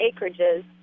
acreages